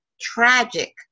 tragic